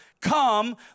come